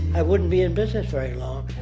i wouldn't be in business very long.